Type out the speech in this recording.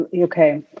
Okay